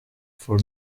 for